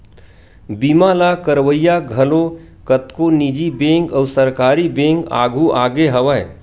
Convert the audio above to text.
बीमा ल करवइया घलो कतको निजी बेंक अउ सरकारी बेंक आघु आगे हवय